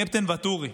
קפטן ואטורי,